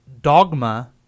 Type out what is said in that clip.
dogma